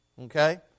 Okay